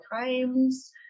times